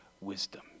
wisdom